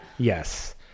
Yes